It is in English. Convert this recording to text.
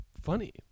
funny